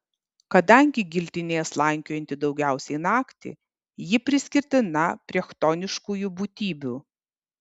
kadangi giltinė slankiojanti daugiausiai naktį ji priskirtina prie chtoniškųjų būtybių